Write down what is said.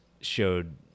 showed